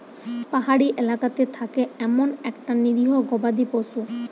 পাহাড়ি এলাকাতে থাকে এমন একটা নিরীহ গবাদি পশু